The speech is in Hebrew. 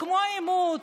כמו אימוץ,